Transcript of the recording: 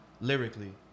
Lyrically